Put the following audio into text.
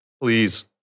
Please